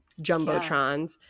jumbotrons